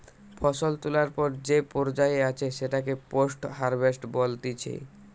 ফসল তোলার পর যে পর্যায়ে আছে সেটাকে পোস্ট হারভেস্ট বলতিছে